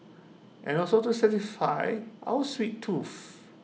and also to satisfy our sweet tooth